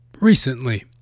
recently